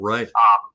Right